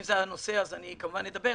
אם זה הנושא, אז אני כמובן אדבר.